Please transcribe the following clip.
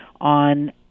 on